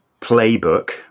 playbook